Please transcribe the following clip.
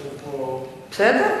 בסדר.